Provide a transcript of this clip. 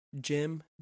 Jim